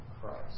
Christ